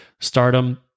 stardom